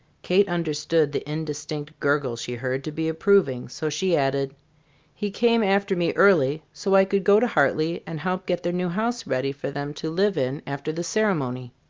kate understood the indistinct gurgle she heard to be approving, so she added he came after me early so i could go to hartley and help get their new house ready for them to live in after the ceremony.